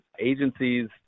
Agencies